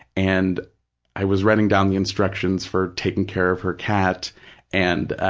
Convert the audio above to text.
and i was writing down the instructions for taking care of her cat and